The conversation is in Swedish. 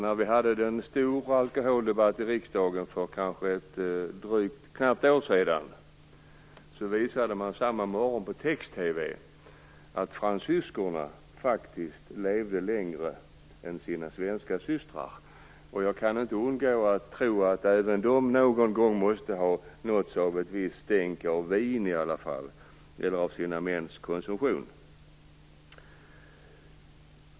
När vi hade en stor alkoholdebatt i riksdagen för knappt ett år sedan visade man samma morgon på text-TV att fransyskorna faktiskt levde längre än sina svenska systrar. Jag kan inte undgå att tro att även de någon gång måste ha nåtts av ett visst stänk av vin, eller av sina mäns konsumtion.